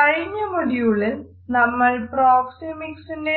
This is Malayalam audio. കഴിഞ്ഞ മൊഡ്യൂളിൽ നമ്മൾ പ്രോക്സെമിക്സിന്റെ